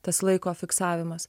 tas laiko fiksavimas